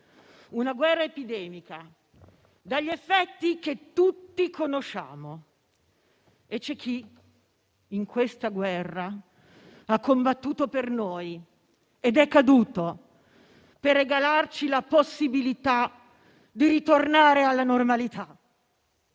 una guerra epidemica dagli effetti che tutti conosciamo. E c'è chi, in questa guerra, ha combattuto per noi ed è caduto per regalarci la possibilità di ritornare alla normalità.